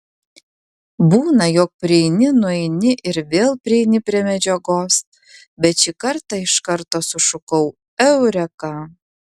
būna jog prieini nueini ir vėl prieini prie medžiagos bet šį kartą iš karto sušukau eureka